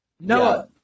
Noah